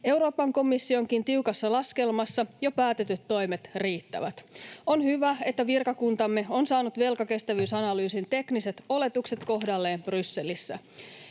Euroopan komissionkin tiukassa laskelmassa jo päätetyt toimet riittävät. On hyvä, että virkakuntamme on saanut velkakestävyysanalyysin tekniset oletukset kohdalleen Brysselissä.